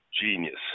genius